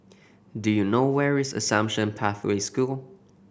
do you know where is Assumption Pathway School